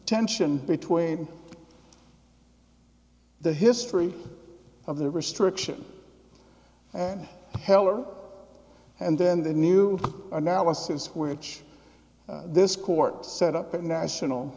tension between the history of the restriction and heller and then the new analysis which this court set up a national